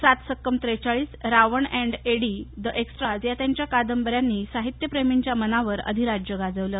सात सक्कं त्रेचाळीस Ravan and Eddie the extras या त्यांच्या कादंबऱ्यांनी साहित्यप्रेमींच्या मनावर अधिराज्य गाजवलं